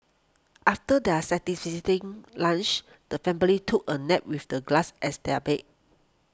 after their lunch the family took a nap with the grass as their bed